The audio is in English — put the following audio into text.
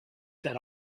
that